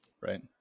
Right